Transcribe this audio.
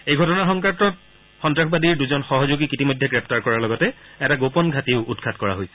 এই ঘটনাৰ সংক্ৰান্তত সন্তাসবাদীৰ দুজন সহযোগীক ইতিমধ্যে গ্ৰেপ্তাৰ কৰাৰ লগতে এটা গোপন ঘাটিও উৎখাট কৰা হৈছে